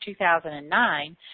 2009